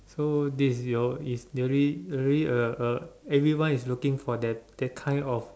so this is your is really really a a everyone is looking for that that kind of